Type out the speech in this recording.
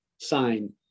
sign